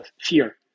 fear